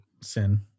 sin